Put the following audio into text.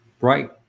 Right